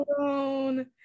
alone